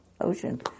ocean